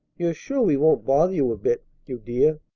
you're sure we won't bother you a bit, you dear?